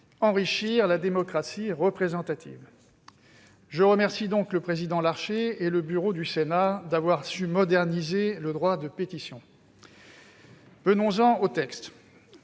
enrichir la démocratie représentative. Je remercie donc le président Larcher et le bureau du Sénat d'avoir su ainsi moderniser le droit de pétition. Venons-en au texte.